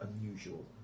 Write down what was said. unusual